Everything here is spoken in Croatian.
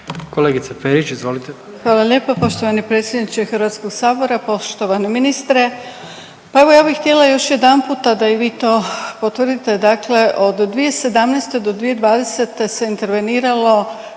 **Perić, Grozdana (HDZ)** Hvala lijepo. Poštovani predsjedniče HS-a, poštovani ministre. Pa evo ja bih htjela još jedanputa da i vi to potvrdite dakle od 2017.-2020. se interveniralo